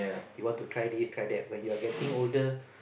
we want to try this try that when you are getting older